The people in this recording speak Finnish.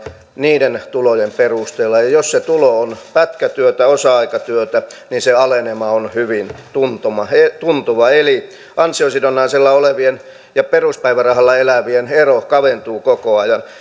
niiden tulojen perusteella ja jos se tulo on pätkätyötä tai osa aikatyötä niin se alenema on hyvin tuntuva eli ansiosidonnaisella olevien ja peruspäivärahalla elävien ero kaventuu koko ajan